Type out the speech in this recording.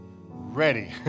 ready